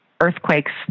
earthquakes